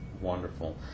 Wonderful